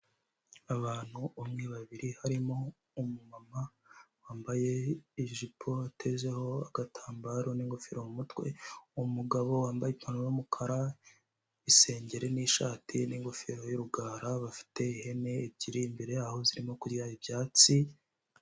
Abantu umwe babiri barimo umumama wambaye ijipo atezeho agatambaro n'ingofero mumutwe , umugabo wambaye ipantaro y'umukara isengeri n'ishati n'ingofero y'urugara, bafite ihene ebyiri imbere yabo zirimo kurya ibyatsi,